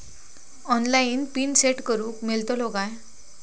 Online pin set करूक मेलतलो काय?